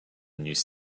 news